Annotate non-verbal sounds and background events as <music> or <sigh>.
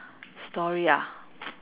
story ah <noise>